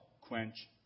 quench